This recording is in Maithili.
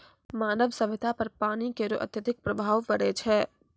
मानव सभ्यता पर पानी केरो अत्यधिक प्रभाव पड़ै छै